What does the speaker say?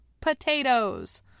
potatoes